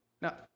Now